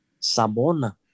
Sabona